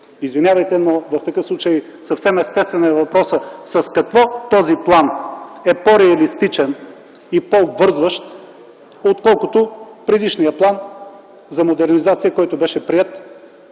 Извинявайте, но в такъв случай съвсем естествен е въпросът с какво този план е по реалистичен и по-обвързващ, отколкото предишния план за модернизация, който беше приет